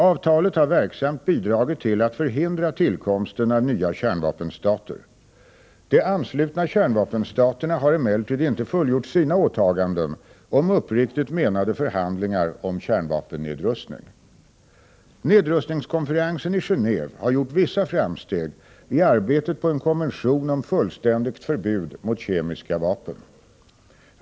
Avtalet har verksamt bidragit till att förhindra tillkomsten av nya kärnvapenstater. De anslutna kärnvapenstaterna har emellertid inte fullgjort sina åtaganden om uppriktigt menade förhandlingar om kärnvapennedrustning. Nedrustningskonferensen i Gené&ve har gjort vissa framsteg i arbetet på en konvention om fullständigt förbud mot kemiska vapen.